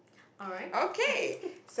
alright